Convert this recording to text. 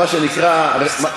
מה שנקרא,